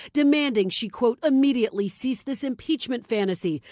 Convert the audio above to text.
demanding she, quote, immediately cease this impeachment fantasy.